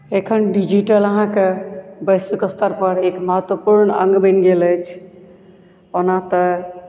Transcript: एखन डिजिटल अहाँके वैश्विक स्तरपर एक महत्वपूर्ण अङ्ग बनि गेल अछि ओना तऽ